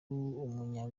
umunya